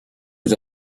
was